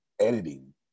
editing